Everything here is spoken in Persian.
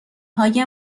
های